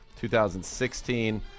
2016